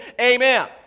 Amen